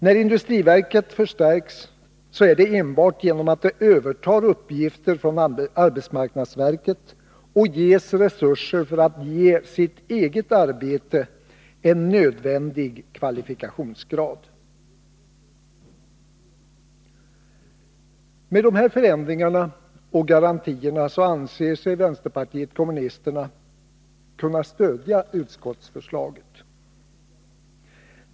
När industriverket förstärks är det enbart genom att det övertar uppgifter från arbetsmarknadsverket och ges resurser för att ge sitt eget arbete en nödvändig kvalifikationsgrad. Med dessa förändringar och garantier anser sig vänsterpartiet kommunisterna kunna stödja utskottsförslaget.